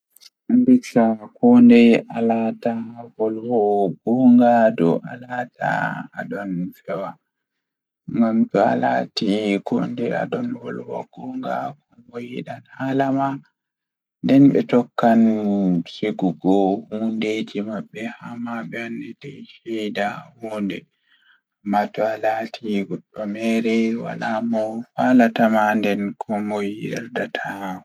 Ndikka kondei alaata wolwoo gonga Ko ɓuri waɗde neɗɗo ndi luɓiɗo ngam ndi waɗi njiɗgol e haɗinɗo. Luɓiɗo ngal waɗi waɗde no anndina faabaare e ɓuriɗo hol no ɗuum waɗata. Ɓe faala neɗɗo luɓiɗo waɗi waɗde feertondirde mo e ɓuri ngurndan. Mbele pessimist ɗum waɗata, ɗum maa waɗa ɗum ngal wondi miijo mo ina tiiɗii, kono waawaa waɗata yamirde e waɗiindi.